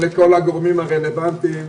ולכל הגורמים הרלוונטיים.